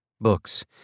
Books